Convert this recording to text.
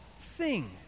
sing